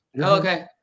Okay